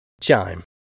Chime